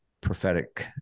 prophetic